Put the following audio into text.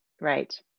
Right